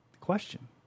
Question